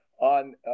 on